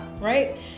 right